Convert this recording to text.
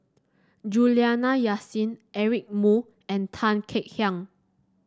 Juliana Yasin Eric Moo and Tan Kek Hiang